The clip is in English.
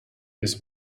this